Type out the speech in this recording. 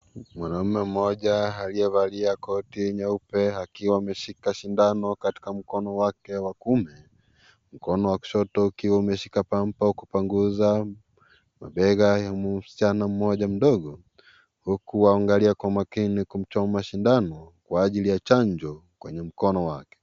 Mwanaume mmoja aliyevalia koti nyeupe akiwa ameshika sindano katika mkono wake wa kume, mkono wa kushoto ukiwa umeshika pamba kupanguza mabega ya msichana mmoja mdogo huku waangalia kwa makini kumchoma sindano kwa ajili ya chanjo kwenye mkono wake.